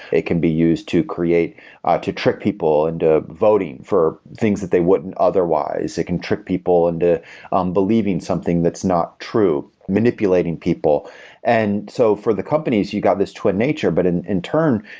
it can be used to create to trick people into voting for things that they wouldn't otherwise. it can trick people into um believing something that's not true, manipulating people and so for the companies, you got this twin nature. but in in turn,